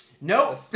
no